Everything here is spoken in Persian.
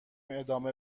ادامه